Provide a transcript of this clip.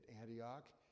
Antioch